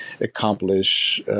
accomplish